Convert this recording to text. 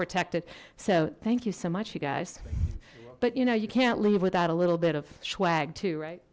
protected so thank you so much you guys but you know you can't leave without a little bit of